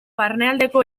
barnealdeko